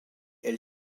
elle